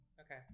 okay